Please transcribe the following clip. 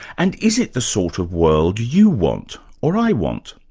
and is it the sort of world you want? or i want?